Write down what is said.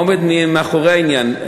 מה עומד מאחורי העניין?